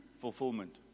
fulfillment